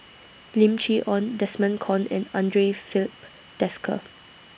Lim Chee Onn Desmond Kon and Andre Filipe Desker